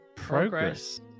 Progress